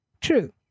True